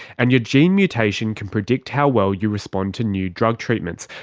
and your gene mutation can predict how well you respond to new drug treatments,